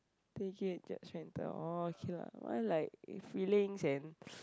t_j is judgmental oh okay lah mine like feelings and